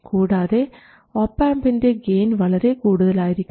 കൂടാതെ ഒപാംപിൻറെ ഗെയിൻ വളരെ കൂടുതലായിരിക്കണം